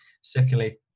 secondly